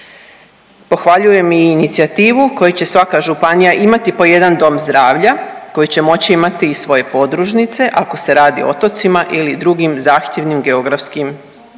Pohvaljujem i inicijativu koji će svaka županija imati po jedan dom zdravlja koji će moći imati i svoje podružnice ako se radi o otocima ili drugih zahtjevnim geografskim situacijama.